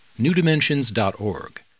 newdimensions.org